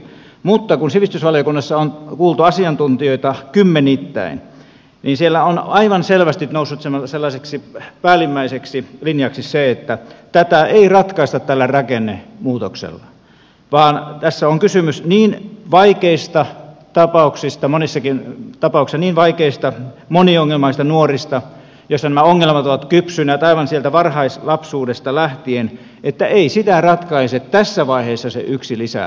mutta kun sivistysvaliokunnassa on kuultu asiantuntijoita kymmenittäin niin siellä on aivan selvästi noussut sellaiseksi päällimmäiseksi linjaksi se että tätä ei ratkaista tällä rakennemuutoksella vaan tässä on kysymys niin vaikeista tapauksista monissakin tapauksissa niin vaikeista moniongelmaisista nuorista joilla nämä ongelmat ovat kypsyneet aivan sieltä varhaislapsuudesta lähtien että ei sitä ratkaise tässä vaiheessa se yksi lisäkouluvuosi